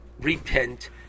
repent